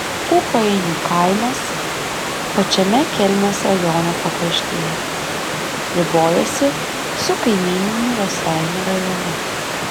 ūpainių kaimas pačiame kelmės rajono pakraštyje ribojasi su kaimyniniu raseinių rajonu